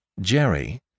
Jerry